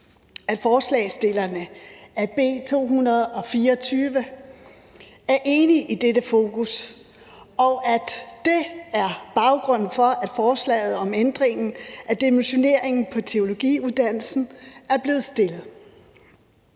at forslagsstillerne på B 224 er enige i dette fokus, og at det er baggrunden for, at forslaget om ændringen af dimensioneringen på teologiuddannelsen er blevet fremsat.